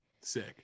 sick